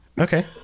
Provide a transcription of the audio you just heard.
Okay